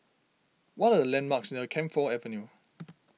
what are the landmarks near Camphor Avenue